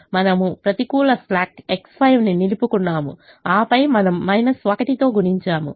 మనము ప్రతికూల slack X5 ని నిలుపుకున్నాము ఆపై మనము 1 తో గుణించాము